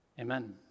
Amen